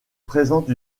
présente